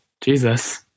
Jesus